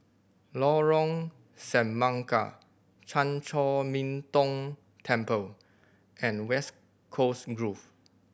Lorong Semangka Chan Chor Min Tong Temple and West Coast Grove